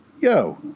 yo